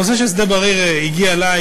הנושא של שדה-בריר הגיע אלי